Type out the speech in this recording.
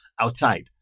outside